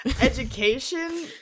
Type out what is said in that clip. Education